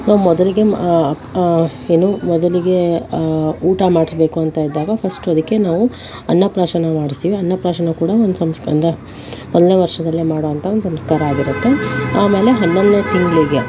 ನಾವು ಮೊದಲಿಗೆ ಏನು ಮೊದಲಿಗೆ ಊಟ ಮಾಡಿಸ್ಬೇಕು ಅಂತ ಇದ್ದಾಗ ಫಸ್ಟ್ ಅದಕ್ಕೆ ನಾವು ಅನ್ನಪ್ರಾಶನ ಮಾಡಿಸ್ತೀವಿ ಅನ್ನಪ್ರಾಶನ ಕೂಡ ಒಂದು ಅಂದರೆ ಮೊದಲನೇ ವರ್ಷದಲ್ಲೇ ಮಾಡುವಂಥ ಒಂದು ಸಂಸ್ಕಾರ ಆಗಿರುತ್ತೆ ಆಮೇಲೆ ಹನ್ನೊಂದನೇ ತಿಂಗಳಿಗೆ